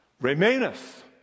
remaineth